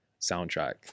soundtrack